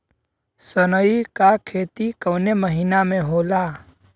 सनई का खेती कवने महीना में होला?